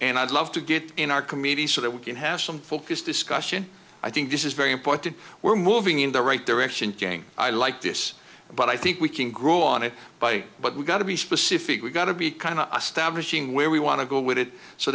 and i'd love to get in our committees so that we can have some focus discussion i think this is very important we're moving in the right direction gang i like this but i think we can grow on it by but we've got to be specific we've got to be kind of a stab machine where we want to go with it so